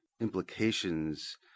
implications